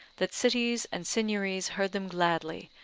that cities and signiories heard them gladly,